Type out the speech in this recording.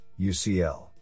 UCL